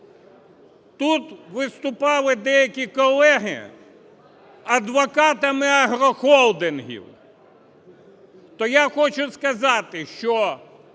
Тут виступали деякі колеги адвокатами агрохолдингів, то я хочу сказати, що